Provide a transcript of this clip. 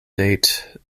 date